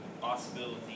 possibility